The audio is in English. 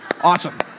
awesome